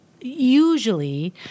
Usually